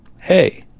hey